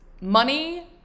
money